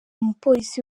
mupolisi